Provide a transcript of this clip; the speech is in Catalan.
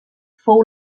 fou